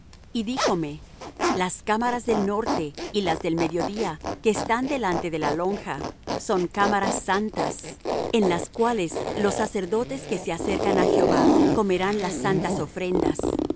y díjome las cámaras del norte y las del mediodía que están delante de la lonja son cámaras santas en las cuales los sacerdotes que se acercan á jehová comerán las santas ofrendas